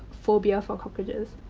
phobia for cockroaches.